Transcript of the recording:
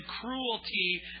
cruelty